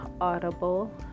Audible